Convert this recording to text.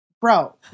bro